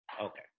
Okay